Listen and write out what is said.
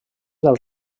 del